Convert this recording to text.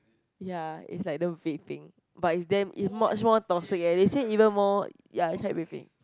ya it's like the vaping but it's damn it's much more toxic eh they say even more ya it's like vaping